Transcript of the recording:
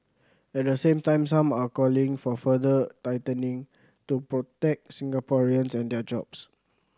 at the same time some are calling for further tightening to protect Singaporeans and their jobs